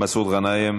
מסעוד גנאים,